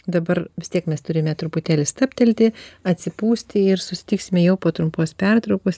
dabar vis tiek mes turime truputėlį stabtelti atsipūsti ir susitiksime jau po trumpos pertraukos